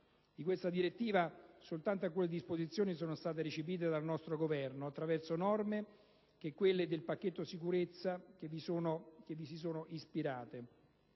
Di questa direttiva soltanto alcune disposizioni sono state recepite dal nostro Governo, attraverso norme come quelle del pacchetto sicurezza che vi si sono ispirate.